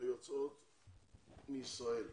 ויוצאות מישראל.